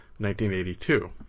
1982